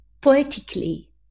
poetically